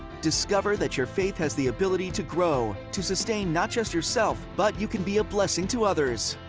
discover that your faith has the ability to grow, to sustain not just yourself but you can be a blessing to others.